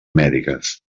mèdiques